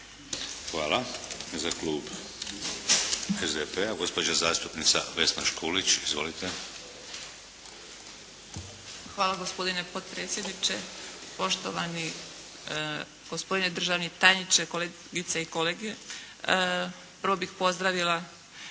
Hvala. Za Klub SDP-a, gospođa zastupnica Vesna Škulić. Izvolite. **Škulić, Vesna (SDP)** Hvala gospodine potpredsjedniče, poštovani gospodine državni tajniče, kolegice i kolege. Prvo bih pozdravila